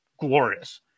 glorious